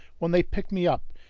when they picked me up,